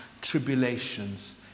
tribulations